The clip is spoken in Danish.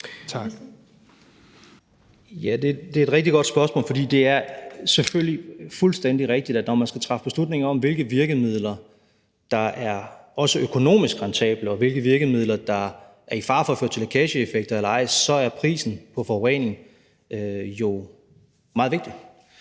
Tak. Det er et rigtig godt spørgsmål, for det er selvfølgelig fuldstændig rigtigt, at når man skal træffe beslutninger om, hvilke virkemidler der er også økonomisk rentable, og hvilke virkemidler der er i fare for at føre til lækageeffekter eller ej, er prisen på forurening jo meget vigtig.